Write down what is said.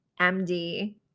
MD